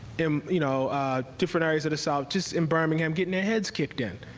um you know different areas of the south, just in birmingham, getting their heads kicked in,